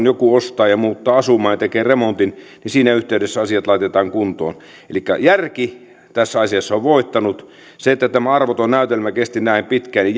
joku ostaa ja siihen muuttaa asumaan ja tekee remontin niin siinä yhteydessä asiat laitetaan kuntoon elikkä järki tässä asiassa on voittanut se että tämä arvoton näytelmä kesti näin pitkään